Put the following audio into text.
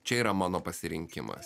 čia yra mano pasirinkimas